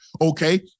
Okay